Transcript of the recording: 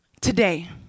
Today